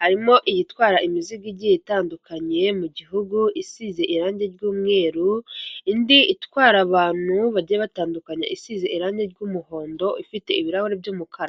harimo iyitwara imizigo igiye itandukanye mu gihugu isize irangi ry'umweru, indi itwara abantu bagiye batandukanya isize irangi ry'umuhondo ifite ibirahuri by'umukara.